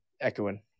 echoing